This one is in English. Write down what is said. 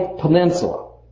Peninsula